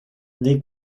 they